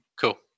Cool